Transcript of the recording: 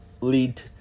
lead